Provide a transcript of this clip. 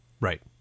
right